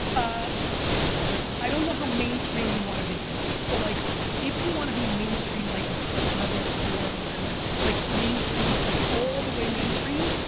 ah every day. i don't know how mainstream you want to be, so like if you want to be mainstream like the cover of forbes and like like mainstream like all the way mainstream,